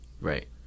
Right